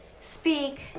Speak